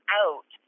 out